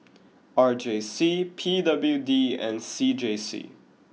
R J C P W D and C J C